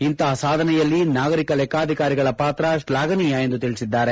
ಇಂತಪ ಸಾಧನೆಯಲ್ಲಿ ನಾಗರಿಕ ಲೆಕ್ಕಾಧಿಕಾರಿಗಳ ಪಾತ್ರ ಶ್ಲಾಘನೀಯ ಎಂದು ತಿಳಿಸಿದ್ದಾರೆ